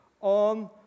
on